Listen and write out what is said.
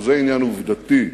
זה עניין עובדתי,